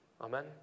Amen